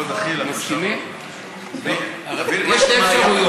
לא, דחילק, תביא משהו מהאייטולות.